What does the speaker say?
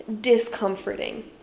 discomforting